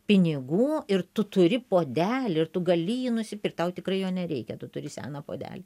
pinigų ir tu turi puodelį ir tu gali jį nusipirkt tau tikrai jo nereikia tu turi seną puodelį